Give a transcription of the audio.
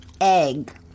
egg